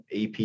AP